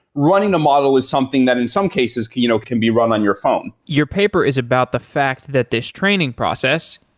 running the model is something that in some cases can you know can be run on your phone your paper is about the fact that this training process,